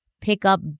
pickup